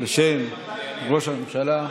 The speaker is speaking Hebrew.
של קבוצת ישראל ביתנו וקבוצת ימינה.